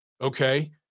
okay